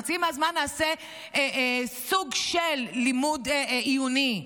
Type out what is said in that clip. וחצי מהזמן נעשה סוג של לימוד עיוני,